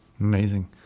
Amazing